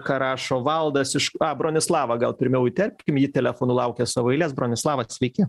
ką rašo valdas iš a bronislavą gal pirmiau įterpkim jį telefonu laukia savo eilės bronislava sveiki